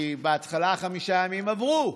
כי בהתחלה חמישה הימים עברו,